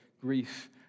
grief